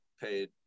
paid